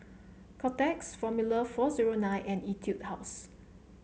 Kotex Formula four zero nine and Etude House